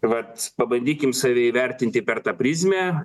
vat pabandykim save įvertinti per tą prizmę